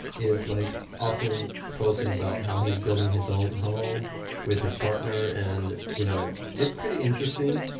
is like often posting about how he's building his own home with his partner and you know it's pretty interesting.